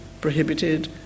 prohibited